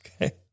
Okay